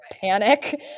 panic